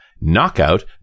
Knockout